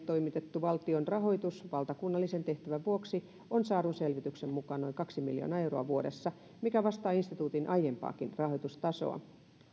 toimitettu valtion rahoitus valtakunnallisen tehtävän vuoksi on saadun selvityksen mukaan noin kaksi miljoonaa euroa vuodessa mikä vastaa instituutin aiempaakin rahoitustasoa